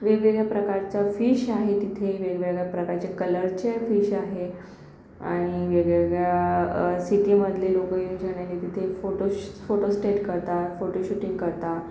वेगवेगळ्या प्रकारचा फिश आहेत तिथे वेगवेगळ्या प्रकारच्या कलरच्या फिश आहे आणि वेगवेगळ्या सिटीमधले लोकं येऊनसन्यानी तिथे फोटो फोटोस्टेट करतात फोटोशूटींग करतात